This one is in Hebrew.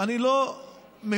אני לא מבין,